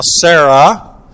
Sarah